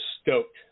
stoked